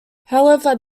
however